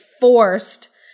forced